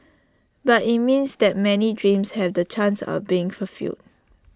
but IT means that many dreams have the chance of being fulfilled